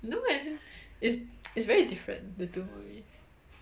no as in it's it's very different the two movie